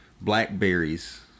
blackberries